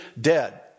dead